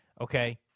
okay